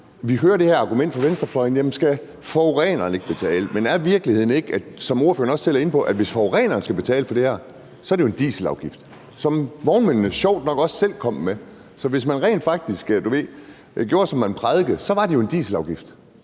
det her argument fra venstrefløjen om, at forureneren skal betale. Men er virkeligheden ikke, som ordføreren også selv var inde på, at hvis forureneren skal betale for det her, er det jo en dieselafgift, vi skal lave, hvilket vognmændene sjovt nok også selv kom med? Så hvis man rent faktisk gjorde, som man prædikede, var det jo en dieselafgift,